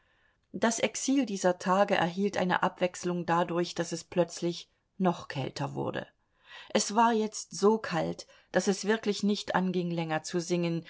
das exil dieser tage erhielt eine abwechslung dadurch daß es plötzlich noch kälter wurde es war jetzt so kalt daß es wirklich nicht anging länger zu singen